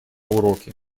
уроки